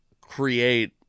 create